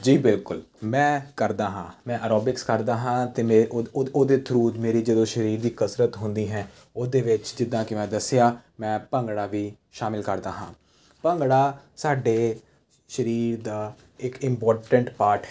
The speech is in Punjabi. ਜੀ ਬਿਲਕੁਲ ਮੈਂ ਕਰਦਾ ਹਾਂ ਮੈਂ ਐਰੋਬਿਕਸ ਕਰਦਾ ਹਾਂ ਅਤੇ ਮੇਰੇ ਉਹਦੇ ਥਰੂ ਮੇਰੀ ਜਦੋਂ ਸਰੀਰ ਦੀ ਕਸਰਤ ਹੁੰਦੀ ਹੈ ਉਹਦੇ ਵਿੱਚ ਜਿੱਦਾਂ ਕਿ ਮੈਂ ਦੱਸਿਆ ਮੈਂ ਭੰਗੜਾ ਵੀ ਸ਼ਾਮਿਲ ਕਰਦਾ ਹਾਂ ਭੰਗੜਾ ਸਾਡੇ ਸਰੀਰ ਦਾ ਇੱਕ ਇੰਪੋਰਟੈਂਟ ਪਾਰਟ ਹੈ